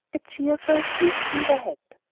a cheer for a sleek beaver hat!